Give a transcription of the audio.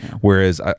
Whereas